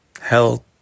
health